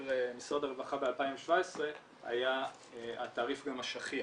משרד הרווחה ב-2017 היה התעריף גם השכיח,